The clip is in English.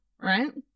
Right